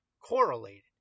correlated